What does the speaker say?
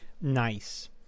Nice